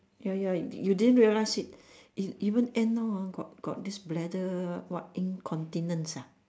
ya ya you didn't realise it even even and now ah got got this bladder what incontinence ah